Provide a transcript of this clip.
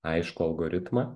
aiškų algoritmą